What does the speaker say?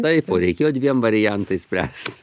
taip o reikėjo dviem variantais spręst